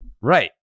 Right